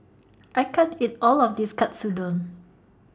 I can't eat All of This Katsudon